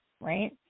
right